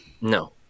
no